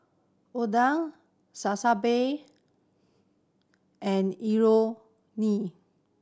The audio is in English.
Oden and Imoni